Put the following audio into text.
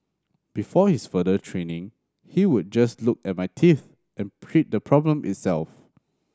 before his further training he would just look at my teeth and the problem itself